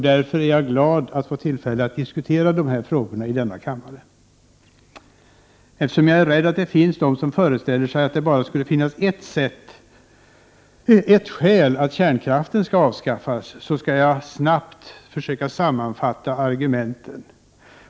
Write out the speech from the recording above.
Därför är jag glad att få tillfälle att diskutera dessa frågor just här i denna kammare. Eftersom jag är rädd för att det finns de som föreställer sig att det bara skulle finnas ert skäl till att kärnkraften bör avskaffas så snart som möjligt, vill jag försöka sammanfatta argumenten.